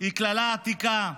היא קללה עתיקה,